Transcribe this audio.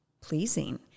pleasing